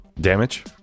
damage